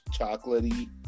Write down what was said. chocolatey